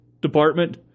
department